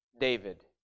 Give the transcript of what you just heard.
David